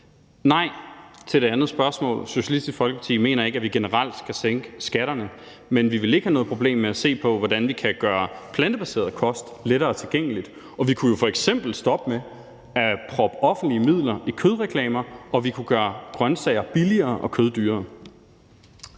Nej til det andet spørgsmål. Socialistisk Folkeparti mener ikke, at vi generelt skal sænke skatterne, men vi vil ikke have noget problem med at se på, hvordan vi kan gøre plantebaseret kost lettere tilgængeligt. Og vi kunne jo f.eks. stoppe med at proppe offentlige midler i kødreklamer, og vi kunne gøre grøntsager billigere og kød dyrere.